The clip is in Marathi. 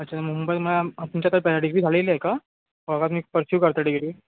अच्छा तर मुंबई म्हणजे मग तुमच्याकडे पॅरा डिग्री झालेली आहे का का तुमी पर्स्यू करताय डिग्री